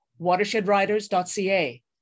watershedriders.ca